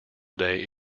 day